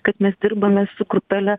kad mes dirbame su grupele